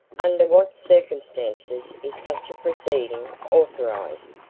under what circumstances is such a proceeding authorized?